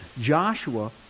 Joshua